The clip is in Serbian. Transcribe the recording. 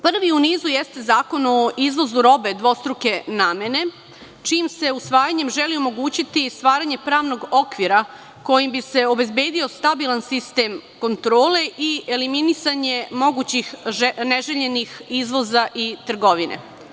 Prvi u nizu jeste Zakon o izvozu robe dvostruke namene, čijim se usvajanjem želi omogućiti stvaranje pravnog okvira kojim bi se obezbedio stabilan sistem kontrole i eliminisanje mogućih neželjenih izvoza i trgovine.